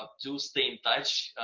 ah do stay in touch,